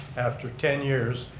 after ten years,